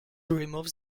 removes